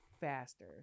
faster